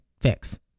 fix